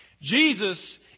Jesus